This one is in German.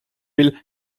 will